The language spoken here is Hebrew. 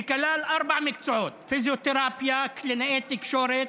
שכלל ארבעה מקצועות: פיזיותרפיה, קלינאי תקשורת,